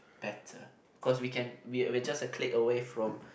better because we can we just a click away from